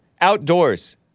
Outdoors